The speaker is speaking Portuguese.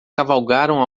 cavalgaram